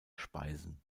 speisen